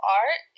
art